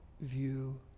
view